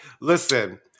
Listen